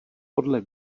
podle